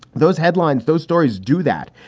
those headlines, those stories do that.